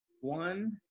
one